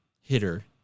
hitter